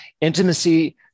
intimacy